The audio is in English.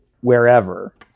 wherever